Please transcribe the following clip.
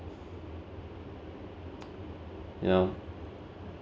know